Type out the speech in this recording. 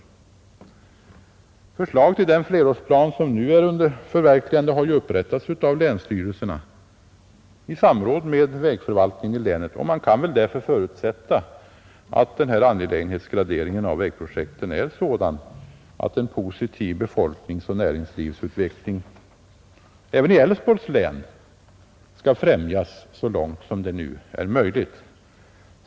Förslaget till den flerårsplan, som nu är under förverkligande, har upprättats av länsstyrelserna i samråd med vägförvaltningen i respektive län. Man kan väl därför förutsätta, att angelägenhetsgraderingen av vägprojekten är sådan att en positiv befolkningsoch näringslivsutveckling även i Älvsborgs län skall främjas så långt det är möjligt.